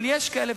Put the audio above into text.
אבל יש כאלה.